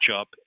up